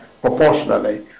proportionally